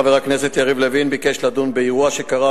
חבר הכנסת יריב לוין ביקש לדון באירוע שקרה